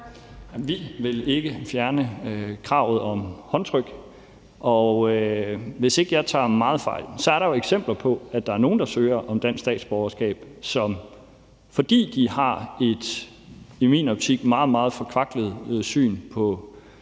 Vi vil ikke fjerne kravet om håndtryk. Og hvis jeg ikke tager meget fejl, så er der jo eksempler på, at der er nogle, der søger om dansk statsborgerskab, som, fordi de i min optik har et meget, meget forkvaklet syn på det